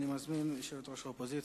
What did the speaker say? אני מזמין את יושבת-ראש האופוזיציה,